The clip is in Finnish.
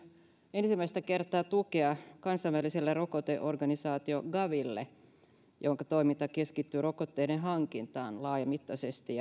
ensimmäistä kertaa myös tukea kansainväliselle rokoteorganisaatiolle gaville jonka toiminta keskittyy rokotteiden hankintaan laajamittaisesti